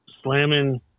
Slamming